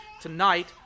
tonight